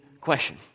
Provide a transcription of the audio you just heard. question